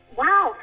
wow